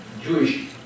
Jewish